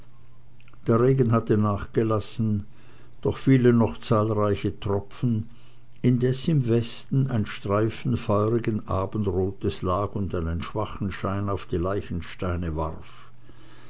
der regen hatte nachgelassen doch fielen noch zahlreiche tropfen indes im westen ein streifen feurigen abendrotes lag und einen schwachen schein auf die leichensteine warf